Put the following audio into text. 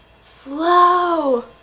slow